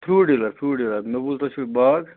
fruit dealer fruit dealer مےٚ بوٗز تۄہہِ چھُو باغ